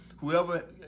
Whoever